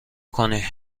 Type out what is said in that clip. کنی